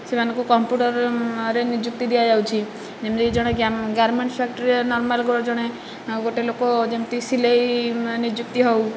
ସେମାନଙ୍କୁ କମ୍ପୁଟରରେ ନିଯୁକ୍ତି ଦିଆଯାଉଛି ଯେମିତିକି ଜଣେ କି ଗାର୍ମେଣ୍ଟ ଫାକ୍ଟ୍ରିରେ ନର୍ମାଲ ଜଣେ ଗୋଟିଏ ଲୋକ ଯେମିତି ସିଲାଇ ନିଯୁକ୍ତି ହେଉ